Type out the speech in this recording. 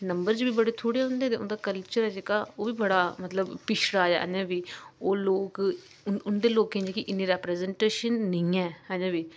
number च बी बड़े थोह्ड़े होंदे न ते उं'दा कल्चर जेह्का ओह् बी मतलब बड़ा पिछड़ा ऐ अजें बी ओह् लोक उं'दे लोकें दी इन्नी रिप्रजनटैशन नेईं ऐ अजै बी